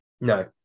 No